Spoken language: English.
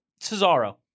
Cesaro